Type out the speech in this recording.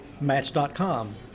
Match.com